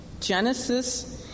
Genesis